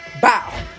Bow